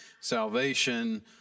salvation